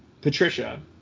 Patricia